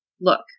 look